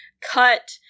cut